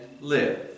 live